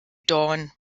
dawn